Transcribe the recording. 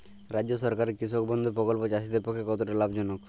রাজ্য সরকারের কৃষক বন্ধু প্রকল্প চাষীদের পক্ষে কতটা লাভজনক?